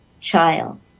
child